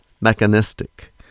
mechanistic